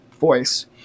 voice